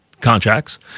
contracts